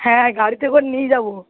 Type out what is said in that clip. হ্যাঁ গাড়িতে করে নিয়ে যাবো